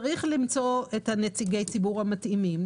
צריך למצוא את נציגי הציבור המתאימים,